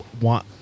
want